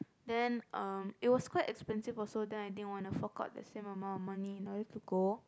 then um it was quite expensive also then I didn't want to fork out the same amount of money you know I have to go